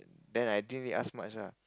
then I didn't even ask much lah